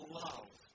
love